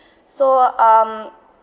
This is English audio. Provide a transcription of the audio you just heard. so um